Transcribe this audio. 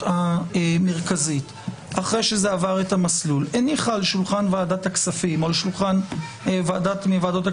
רציתי ללכת למסיבת סיום, רק לקפוץ ולחזור.